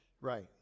Right